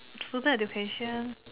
student education